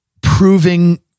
proving